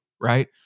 right